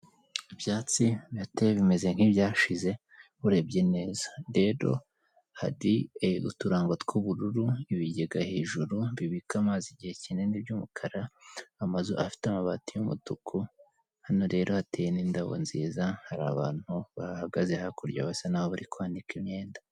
Ibyatsi, bihateye bimeze nk'ibyashize, urebye neza. Rero hari uturango tw'ubururu, ibigega hejuru bibika amazi igihe kinini by'umukara. Amazu afite amabati y'umutuku. Hano rero hateye n'indabo nziza, hari abantu bahagaze hakurya basa n'aho bari kwanika imyenda.